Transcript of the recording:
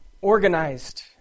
organized